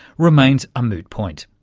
remains a moot point.